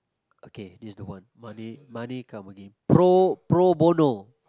okay this is the one money money come again pro~ pro bono